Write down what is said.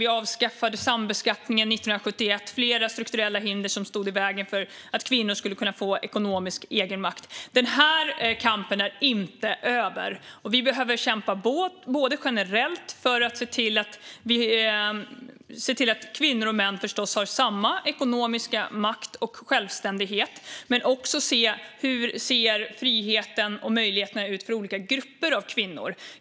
Vi avskaffade sambeskattningen 1971 och flera strukturella hinder som stod i vägen för kvinnor att få ekonomisk egenmakt. Denna kamp är inte över. Vi behöver kämpa på för att kvinnor generellt ska få samma ekonomiska makt och självständighet som män. Men vi behöver också titta på hur friheten och möjligheterna ser ut för olika grupper av kvinnor.